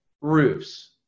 roofs